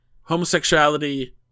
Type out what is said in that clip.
homosexuality